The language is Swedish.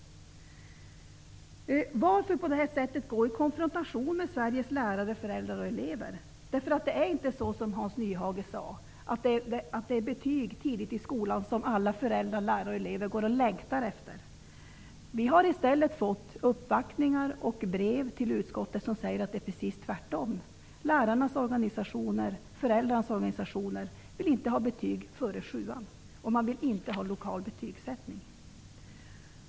Varför på detta sätt gå i konfrontation med Sveriges lärare, föräldrar och elever? Det är inte så som Hans Nyhage sade, nämligen att alla föräldrar, lärare och elever längtar efter betyg tidigt i skolan. Utskottet har fått ta emot uppvaktningar och brev som säger att det är precis tvärtom. Lärar och föräldraorganisationer vill inte ha betyg före sjuan och de vill inte ha lokal betygsättning.